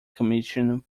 commission